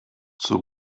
zur